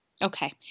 Okay